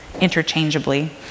interchangeably